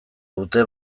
dute